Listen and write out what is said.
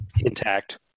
intact